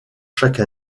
chaque